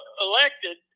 elected